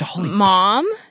mom